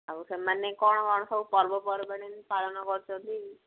ଆଉ ସେମାନେ କ'ଣ କ'ଣ ସବୁ ପର୍ବପର୍ବାଣୀ ପାଳନ କରୁଛନ୍ତି